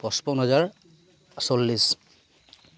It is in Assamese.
পঁচপন হাজাৰ চল্লিছ